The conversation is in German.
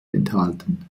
enthalten